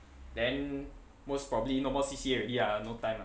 then most probably no more C_C_A already ah no time ah